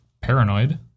paranoid